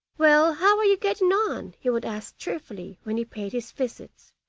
well, how are you getting on he would ask cheerfully when he paid his visits.